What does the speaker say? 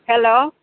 hello